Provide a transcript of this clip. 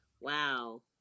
Wow